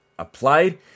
Applied